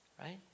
Right